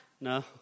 No